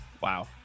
Wow